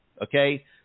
okay